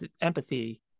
empathy